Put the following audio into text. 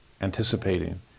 anticipating